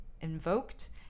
invoked